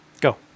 Go